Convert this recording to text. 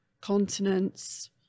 continents